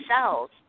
cells